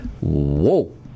whoa